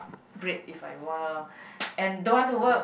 break if I were and don't want to work